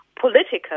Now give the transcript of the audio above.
political